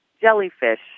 jellyfish